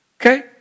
Okay